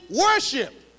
worship